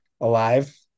alive